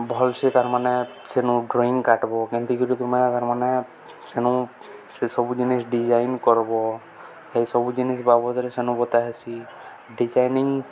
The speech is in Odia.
ଭଲ୍ ସେ ତା'ର୍ ମାନେ ସେନୁ ଡ୍ରଇଂ କାଟବ କେମିନ୍ତି କରି ତୁମେ ତା'ର୍ ମାନେ ସେନୁ ସେସବୁ ଜିନିଷ ଡିଜାଇନ୍ କରବ ଏଇସବୁ ଜିନିଷ ବାବଦରେ ସେନୁ ବତା ହେସି ଡିଜାଇନିଙ୍ଗ